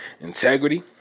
Integrity